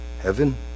heaven